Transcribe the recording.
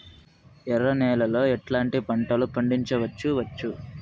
ఎర్ర నేలలో ఎట్లాంటి పంట లు పండించవచ్చు వచ్చు?